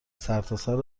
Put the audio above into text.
سرتاسر